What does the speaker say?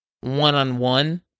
one-on-one